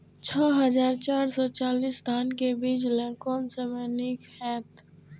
छः हजार चार सौ चव्वालीस धान के बीज लय कोन समय निक हायत?